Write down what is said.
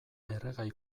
erregai